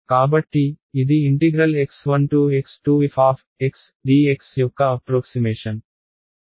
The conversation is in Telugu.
కాబట్టి ఇది x1x2fdx యొక్క అప్ప్రోక్సిమేషన్